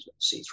C3